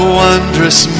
wondrous